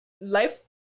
life